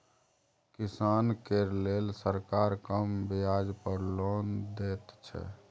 किसान केर लेल सरकार कम ब्याज पर लोन दैत छै